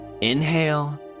inhale